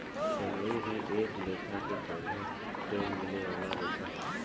सनई भी एक लेखा के पौधा से मिले वाला रेशा ह